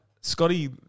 Scotty